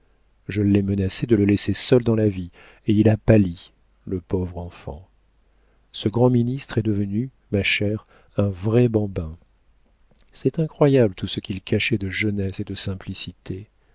je l'ai menacé de le laisser seul dans la vie et il a pâli le pauvre enfant ce grand ministre est devenu ma chère un vrai bambin c'est incroyable tout ce qu'il cachait de jeunesse et de simplicité